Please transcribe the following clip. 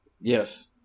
Yes